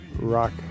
rock